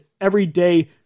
everyday